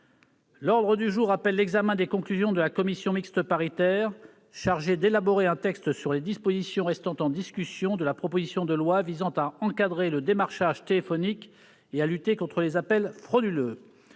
L'ordre du jour appelle l'examen des conclusions de la commission mixte paritaire chargée d'élaborer un texte sur les dispositions restant en discussion de la proposition de loi visant à encadrer le démarchage téléphonique et à lutter contre les appels frauduleux